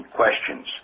questions